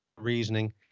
reasoning